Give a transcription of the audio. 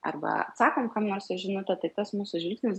arba atsakom kam nors į žinutę tai tas mūsų žingsnis